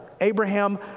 Abraham